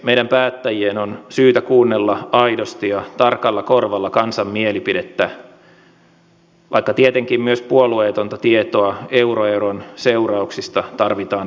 meidän päättäjien on syytä kuunnella aidosti ja tarkalla korvalla kansan mielipidettä vaikka tietenkin myös puolueetonta tietoa euroeron seurauksista tarvitaan vielä lisää